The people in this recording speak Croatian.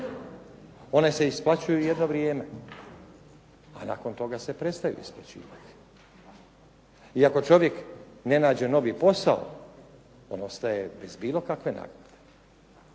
one se isplaćuju jedno vrijeme, a nakon toga se prestaju isplaćivati. I ako čovjek ne nađe novi posao, on ostaje bez bilo kakve naknade.